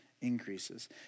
increases